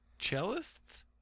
Cellists